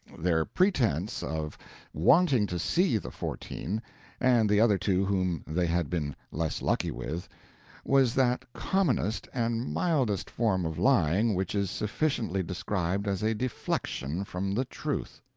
their pretense of wanting to see the fourteen and the other two whom they had been less lucky with was that commonest and mildest form of lying which is sufficiently described as a deflection from the truth.